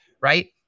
right